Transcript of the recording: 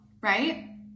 right